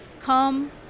come